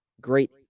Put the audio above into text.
great